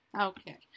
Okay